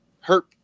hurt